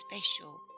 special